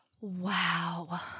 wow